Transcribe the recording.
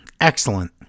Excellent